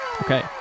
Okay